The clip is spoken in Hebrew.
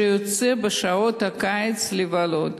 שיוצא בשעות הקיץ לבלות.